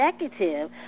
executive